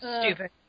Stupid